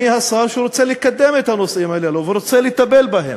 מי השר שרוצה לקדם את הנושאים האלה ורוצה לטפל בהם.